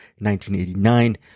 1989